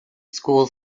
school